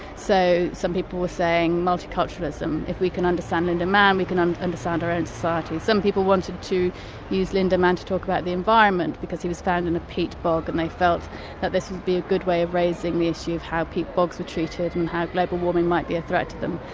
so some people were saying multiculturalism, if we can understand lindow man we can um understand our own society. some people wanted to use lindow man to talk about the environment, because he was found in a peat bog and they felt that this would be a good way of raising the issue of how peat bogs are treated and how global warming might be a threat to them.